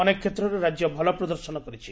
ଅନେକ କ୍ଷେତ୍ରରେ ରାକ୍ୟ ଭଲ ପ୍ରଦର୍ଶନ କରିଛି